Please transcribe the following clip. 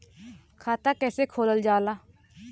खाता कैसे खोलल जाला?